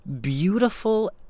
beautiful